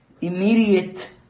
immediate